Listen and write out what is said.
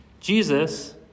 Jesus